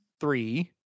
three